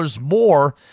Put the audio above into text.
more